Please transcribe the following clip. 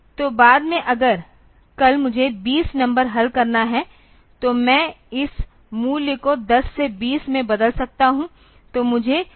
तो बाद में अगर कल मुझे 20 नंबर हल करना है तो मैं इस मूल्य को 10 से 20 में बदल सकता हूं